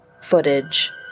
footage